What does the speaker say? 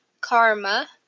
karma